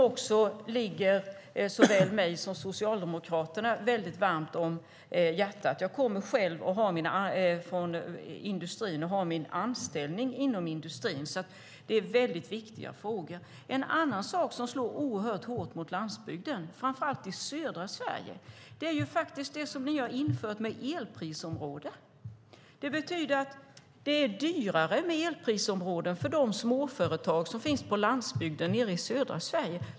Den ligger såväl mig som Socialdemokraterna varmt om hjärtat. Jag kommer själv från industrin och har min anställning inom industrin. Det är mycket viktiga frågor. En annan sak som också slår oerhört hårt mot landsbygden, framför allt i södra Sverige, är de elprisområden som ni har infört. Det betyder att det är ett dyrare elprisområde för de småföretag som finns på landsbygden i södra Sverige.